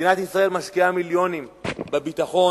מדינת ישראל משקיעה מיליונים בביטחון.